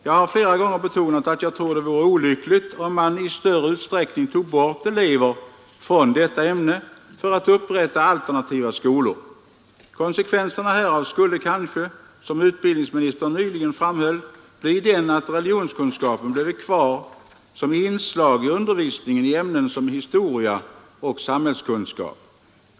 Jag har flera gånger betonat att jag tror det vore olyckligt, om man i större utsträckning tog bort elever från detta ämne för att upprätta alternativa skolor. Konsekvensen härav skulle kanske — som utbildningsministern nyligen framhöll — bli den att religionskunskapen bleve kvar som inslag i undervisningen i ämnen som historia och samhällskunskap.